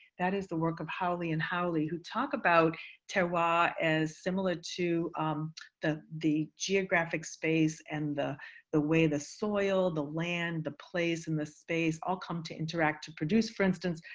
that is the work of holly and holly who talk about terroir ah as similar to the the geographic space and the the way the soil, the land, the place and the space all come to interact to produce, for instance,